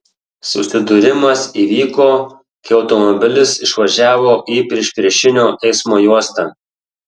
susidūrimas įvyko kai automobilis išvažiavo į priešpriešinio eismo juostą